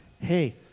hey